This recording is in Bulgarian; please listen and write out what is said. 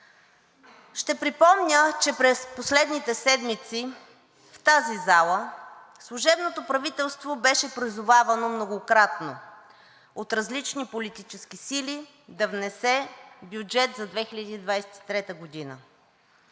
Ще припомня, че през последните седмици в тази зала служебното правителство беше призовавано многократно от различни политически сили да внесе бюджет за 2023 г.